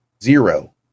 Zero